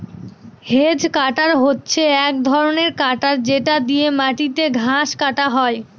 hedge cutter হচ্ছে এক ধরনের কাটার যেটা দিয়ে মাটিতে ঘাস কাটা হয়